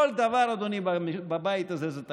כל דבר, אדוני, בבית הזה, זה תקדים.